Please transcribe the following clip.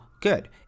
good